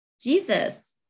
Jesus